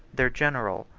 their general,